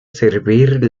servir